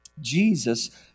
Jesus